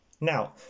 Now